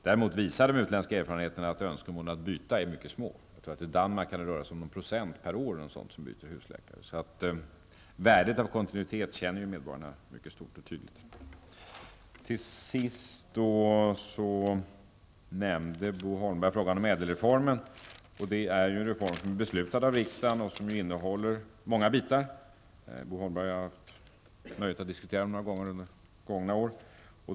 Däremot visar de utländska erfarenheterna att önskemålen om att byta läkare är mycket få. I Danmark rör det sig t.ex. om någon procent per år. Värdet av kontinuitet känner medborgarna alltså mycket tydligt. Till sist nämnde Bo Holmberg ÄDEL-reformen. Det är ju en reform som är beslutad av riksdagen och som består av många delar. Bo Holmberg och jag har haft nöjet att diskutera den några gånger under gångna år.